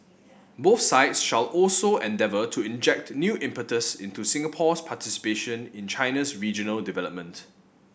both sides shall also endeavour to inject new impetus into Singapore's participation in China's regional development